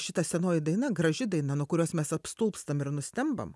šita senoji daina graži daina nuo kurios mes apstulbstam ir nustembam